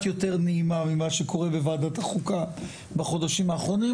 יותר נעימה ממה שקורה בוועדת החוקה בחודשים האחרונים,